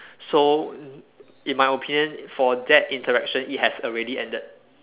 so in my opinion for that interaction it has already ended